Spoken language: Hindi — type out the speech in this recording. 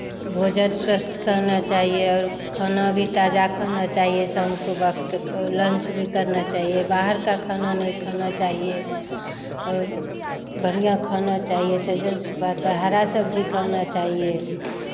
भोजन स्वस्थ करना चाहिए और खाना भी ताज़ा खाना चाहिए शाम के वक्त लंच भी करना चाहिए बाहर का खाना नहीं खाना चाहिये बढ़ियाँ खाना चाहिए हरा सब्जी खाना चाहिए